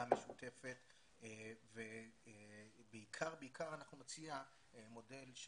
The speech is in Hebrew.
משותפת ובעיקר בעיקר אנחנו נציע מודל,